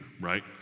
right